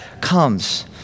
comes